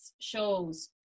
shows